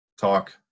talk